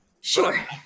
Sure